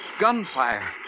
Gunfire